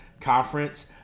Conference